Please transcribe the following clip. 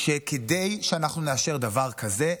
שכדי שאנחנו נאשר דבר כזה,